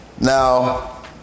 Now